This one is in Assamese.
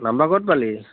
নাম্বাৰ ক'ত পালি